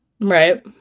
right